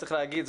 צריך להגיד,